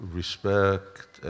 respect